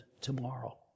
tomorrow